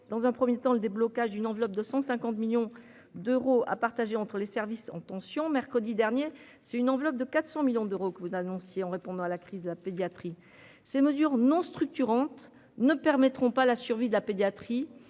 dans un 1er temps le déblocage d'une enveloppe de 150 millions d'euros à partager entre les services en tension, mercredi dernier, c'est une enveloppe de 400 millions d'euros que vous annonciez en répondant à la crise de la pédiatrie ces mesures non structurante. Ne permettront pas la survie de la pédiatrie